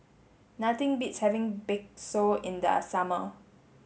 nothing beats having Bakso in the summer